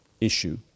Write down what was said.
issue